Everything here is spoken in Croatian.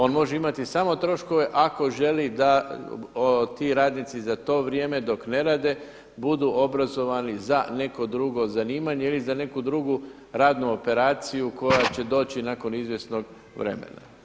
On može imati samo troškove ako želi da ti radnici za to vrijeme dok ne rade budu obrazovani za neko drugo zanimanje ili za neku drugu radnu operaciju koja će doći nakon izvjesnog vremena.